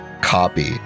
copy